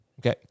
Okay